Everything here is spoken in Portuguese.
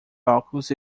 óculos